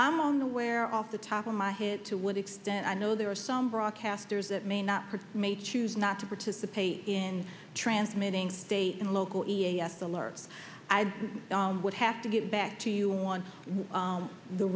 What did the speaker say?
i'm on the where off the top of my head to what extent i know there are some broadcasters that may not may choose not to participate in transmitting state and local e s l or i would have to get back to you on